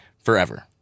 forever